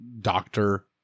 doctor